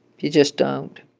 you just don't